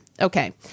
Okay